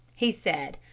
he said,